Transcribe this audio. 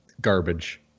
garbage